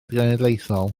genedlaethol